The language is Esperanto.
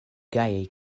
gajaj